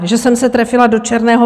Že jsem se trefila do černého.